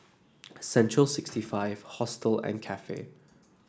Central sixty five Hostel and Cafe